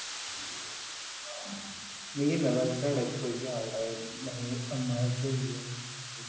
मिगी नि लगदा कि साढ़े इत्थै कोई बी आर्ट नमीं इमर्ज होई ऐ